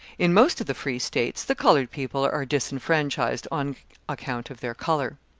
in most of the free states, the coloured people are disfranchised on account of their colour.